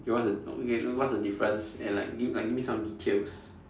okay what's the okay what's the difference and like give like give me some details